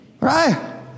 right